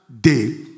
day